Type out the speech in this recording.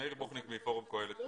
מאיר בוחניק מפורום קהלת.